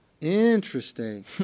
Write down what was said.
Interesting